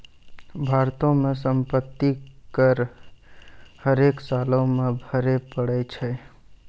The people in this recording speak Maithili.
भारतो मे सम्पति कर हरेक सालो मे भरे पड़ै छै